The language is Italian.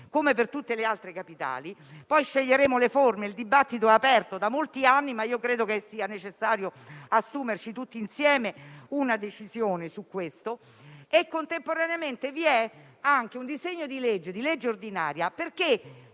come per tutte le altre capitali. Poi sceglieremo le forme; il dibattito è aperto da molti anni, ma credo sia necessario assumere, tutti insieme, una decisione su questo. Contemporaneamente vi è un disegno di legge ordinario, perché